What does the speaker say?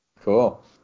Cool